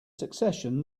succession